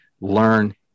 learn